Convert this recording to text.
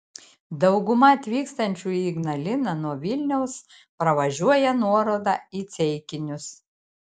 dauguma atvykstančiųjų į ignaliną nuo vilniaus pravažiuoja nuorodą į ceikinius